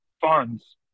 funds